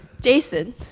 Jason